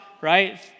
right